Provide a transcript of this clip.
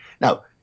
Now